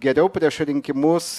geriau prieš rinkimus